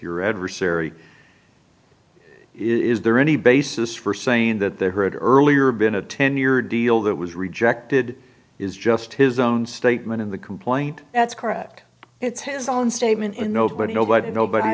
your adversary is there any basis for saying that they heard earlier been a ten year deal that was rejected is just his own statement in the complaint that's correct it's his own statement and nobody nobody